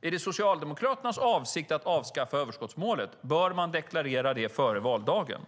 Är det Socialdemokraternas avsikt att avskaffa överskottsmålet bör ni deklarera det före valdagen.